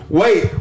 wait